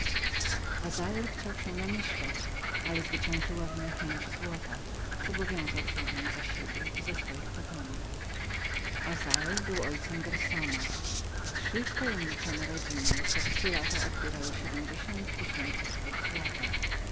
azel chciał namyślać się ale przezwyciężyła w nim chęć złota zobowiązał się więc za siebie i za swoich potomków azel był ojcem gerszona trzy wtajemniczone rodziny co trzy lata odbierały siedmdziesiąt tysięcy sztuk złota